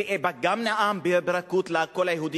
באיפא"ק גם נאם ברכות לקול היהודי,